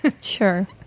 sure